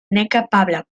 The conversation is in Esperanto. nekapabla